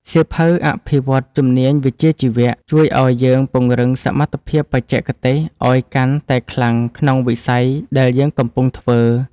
សៀវភៅអភិវឌ្ឍជំនាញវិជ្ជាជីវៈ ជួយឱ្យយើងពង្រឹងសមត្ថភាពបច្ចេកទេសឱ្យកាន់តែខ្លាំងក្នុងវិស័យដែលយើងកំពុងធ្វើ។